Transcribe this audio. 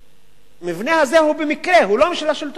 והמבנה הזה הוא במקרה, הוא לא של השלטון המקומי.